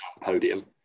podium